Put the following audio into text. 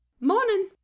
morning